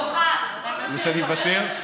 שאני אוותר?